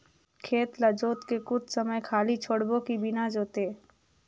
खेत ल जोत के कुछ समय खाली छोड़बो कि बिना जोते?